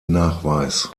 nachweis